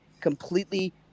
completely